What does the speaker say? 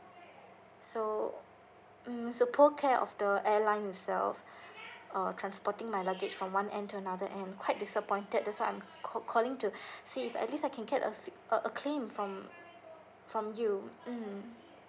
so mm so poor care of the airline itself uh transporting my luggage from one end to another end quite disappointed that's why I'm call calling to see if at least I can get a feed a a claim from from you mm